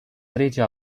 trece